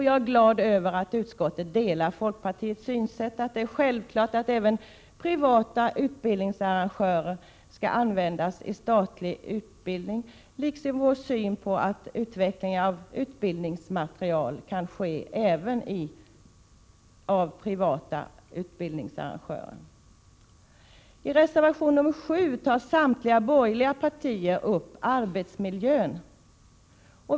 Jag är glad över att utskottet delar folkpartiets synsätt, dvs. att det är självklart att även privata utbildningsarrangörer skall användas i statlig utbildning, liksom vår syn på att utvecklingen av utbildningsmaterial kan ske även av privata utbildningsarrangörer. I reservation nr 7 tar samtliga borgerliga partier upp arbetsmiljön.